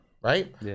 Right